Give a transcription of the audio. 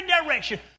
direction